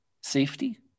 safety